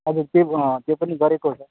हजुर त्यो त्यो पनि गरेको हो सर